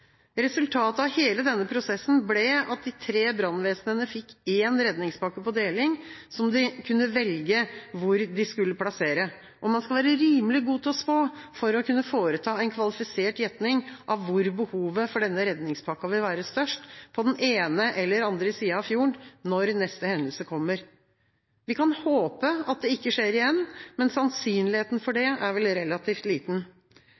Resultatet av hele denne prosessen ble at de tre brannvesenene fikk én redningspakke på deling, som de kunne velge hvor de skulle plassere. Man skal være rimelig god til å spå for å kunne foreta en kvalifisert gjetning av hvor behovet for denne redningspakka vil være størst – på den ene sida eller på den andre sida av fjorden – når neste hendelse kommer. Vi kan håpe at det ikke skjer igjen, men sannsynligheten for det er vel relativt liten.